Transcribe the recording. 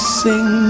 sing